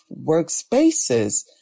workspaces